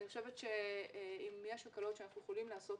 אני חושבת שאם יש הקלות שאנחנו יכולים לעשות